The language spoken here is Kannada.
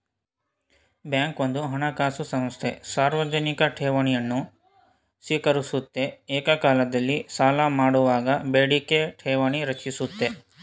ಬ್ಯಾಂಕ್ ಒಂದು ಹಣಕಾಸು ಸಂಸ್ಥೆ ಸಾರ್ವಜನಿಕ ಠೇವಣಿಯನ್ನು ಸ್ವೀಕರಿಸುತ್ತೆ ಏಕಕಾಲದಲ್ಲಿ ಸಾಲಮಾಡುವಾಗ ಬೇಡಿಕೆ ಠೇವಣಿ ರಚಿಸುತ್ತೆ